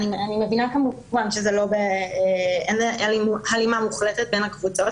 אני מבינה שאין הלימה מוחלטת בין הקבוצות.